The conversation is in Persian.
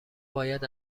باید